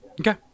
Okay